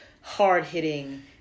hard-hitting